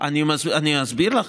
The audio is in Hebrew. אני אסביר לך: